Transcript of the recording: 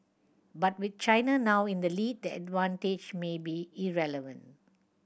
but with China now in the lead the advantage may be irrelevant